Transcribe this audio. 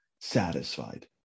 satisfied